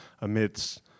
amidst